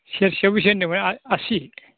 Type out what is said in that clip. सेरसेयाव बेसे होनदोंमोनलाय आसि